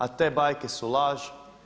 A te bajke su laž.